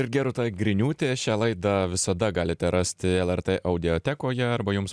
ir gerūta griniūtė šią laidą visada galite rasti lrt audiotekoje arba jums